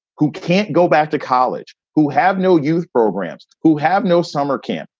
who can't go back to college, who have no youth programs, who have no summer camp,